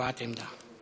הבעת עמדה.